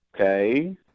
Okay